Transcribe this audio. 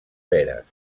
veres